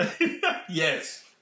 Yes